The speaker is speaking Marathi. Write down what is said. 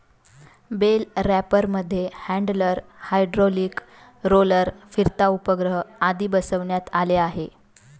बेल रॅपरमध्ये हॅण्डलर, हायड्रोलिक रोलर, फिरता उपग्रह आदी बसवण्यात आले आहे